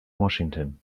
washington